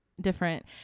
Different